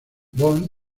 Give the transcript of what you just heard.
bond